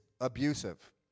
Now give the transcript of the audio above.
abusive